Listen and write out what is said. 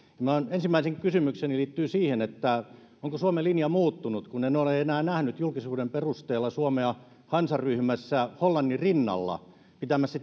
ensimmäinen kysymykseni liittyy siihen että onko suomen linja muuttunut kun en ole enää nähnyt julkisuuden perusteella suomea hansaryhmässä hollannin rinnalla pitämässä